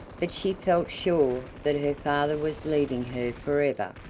but she felt sure that her father was leaving her for ever,